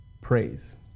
praise